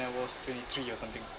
I was twenty three or something